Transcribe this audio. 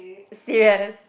serious